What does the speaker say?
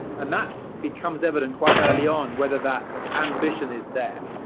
and that becomes evident quite early on, whether that ambition is there.